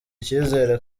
icyizere